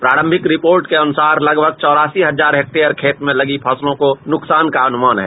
प्रारंभिक रिपोर्ट के अनुसार लगभग चौरासी हजार हेक्टेयर खेत में लगी फसलों को नुकसान का अनुमान है